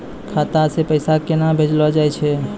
खाता से पैसा केना भेजलो जाय छै?